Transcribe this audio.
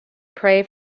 pray